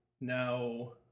Now